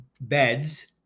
beds